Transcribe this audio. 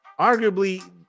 arguably